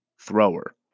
thrower